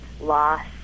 loss